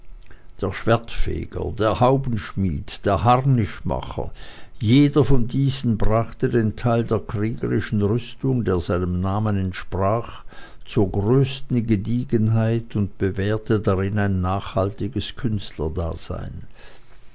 der schwertfeger der haubenschmied der harnischmacher jeder von diesen brachte den teil der kriegerischen rüstung der seinem namen entsprach zur größten gediegenheit und bewährte darin ein nachhaltiges künstlerdasein